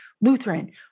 Lutheran